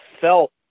felt